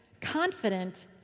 confident